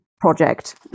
Project